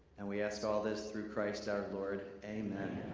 and we ask all this through christ our lord, amen.